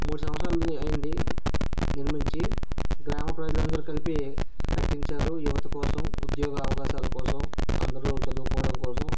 మూడు సంవత్సరాలు అయింది నిర్మించి గ్రామ ప్రజలు అందరు కలిసి కట్టించారు యువత కోసం ఉద్యోగ అవకాశాల కోసం అందరు చదువుకోవడం కోసం